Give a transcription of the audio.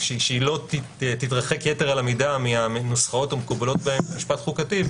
שהיא לא תתרחק יתר על המידה מהנוסחאות המקובלות במשפט חוקתי,